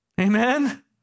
Amen